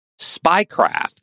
spycraft